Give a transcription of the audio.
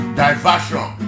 diversion